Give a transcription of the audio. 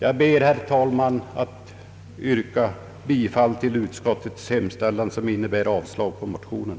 Jag ber, herr talman, att få yrka bifall till utskottets hemställan, som innebär avslag på motionerna.